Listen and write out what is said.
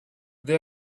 they